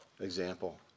example